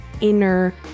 inner